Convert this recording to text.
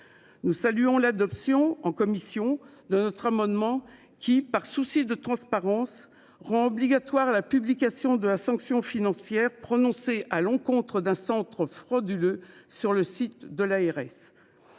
Nous saluons l'adoption en commission de notre amendement qui, par souci de transparence rend obligatoire la publication de la sanction financière prononcée à l'encontre d'un centre frauduleux sur le site de l'ARS.